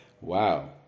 wow